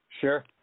Sure